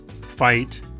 Fight